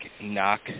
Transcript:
knock